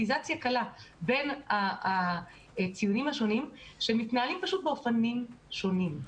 בין הציונים שמתנהלים באופנים שונים.